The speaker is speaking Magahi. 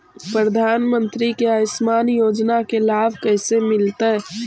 प्रधानमंत्री के आयुषमान योजना के लाभ कैसे मिलतै?